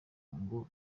ngo